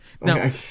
Now